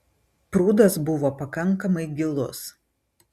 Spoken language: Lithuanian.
prūdas buvo pakankamai gilus